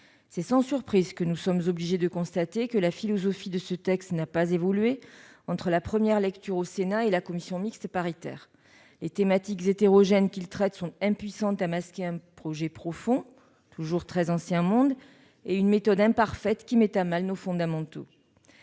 C'est sans surprise que nous sommes obligés de constater que la philosophie de ce texte n'a pas évolué entre la première lecture au Sénat et la rédaction résultant des travaux de la commission mixte paritaire. Les thématiques hétérogènes qu'il traite sont impuissantes à masquer un projet profond- toujours très « ancien monde » -et une méthode imparfaite qui mettent à mal nos fondamentaux.